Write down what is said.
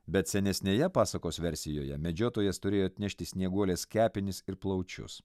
bet senesnėje pasakos versijoje medžiotojas turėjo atnešti snieguolės kepenis ir plaučius